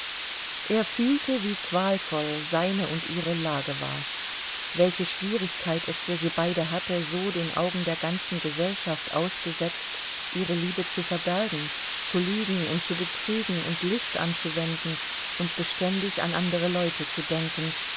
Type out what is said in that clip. er fühlte wie qualvoll seine und ihre lage war welche schwierigkeit es für sie beide hatte so den augen der ganzen gesellschaft ausgesetzt ihre liebe zu verbergen zu lügen und zu betrügen und list anzuwenden und beständig an andere leute zu denken